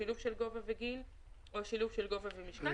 שילוב של גובה וגיל או שילוב של גובה ומשקל